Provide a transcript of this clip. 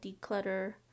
declutter